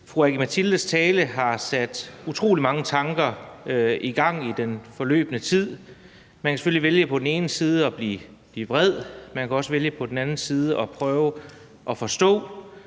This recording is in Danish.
Høegh-Dams tale der har sat utrolig mange tanker i gang i den forløbne tid. Man kan selvfølgelig vælge på den ene side at blive vred, men man kan også vælge på den anden side at prøve at forstå,